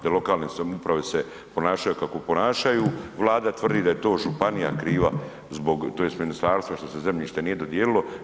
Te lokalne samouprave se ponašaju kako ponašaju, Vlada tvrdi da je to županija kriva zbog, tj. ministarstvo što se zemljište nije dodijelilo.